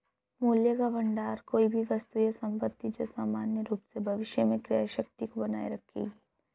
मूल्य का भंडार कोई भी वस्तु या संपत्ति है जो सामान्य रूप से भविष्य में क्रय शक्ति को बनाए रखेगी